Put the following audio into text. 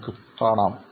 നമുക്ക് കാണാം